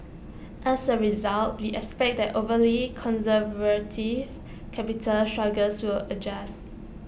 as A result we expect that overly conservative capital structures will adjusts